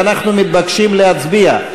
ואנחנו מתבקשים להצביע,